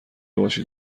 باشید